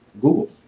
Google